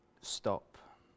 stop